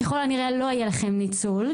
ככול הנראה לא יהיה לכם ניצול,